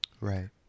right